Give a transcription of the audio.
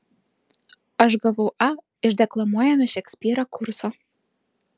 aš gavau a iš deklamuojame šekspyrą kurso